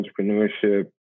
entrepreneurship